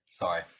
Sorry